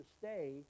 stay